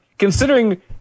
Considering